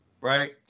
Right